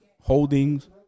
holdings